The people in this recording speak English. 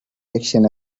erection